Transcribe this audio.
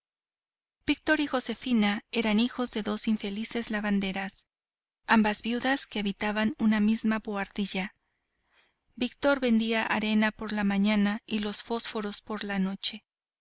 víctor y josefina eran hijos de dos infelices lavanderas ambas viudas que habitaban una misma boardilla víctor vendía arena por la mañana y fósforos por la noche